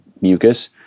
mucus